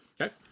Okay